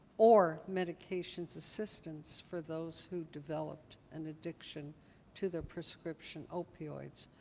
or medications assistance for those who developed an addiction to their prescription opioids.